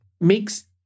makes